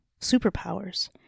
superpowers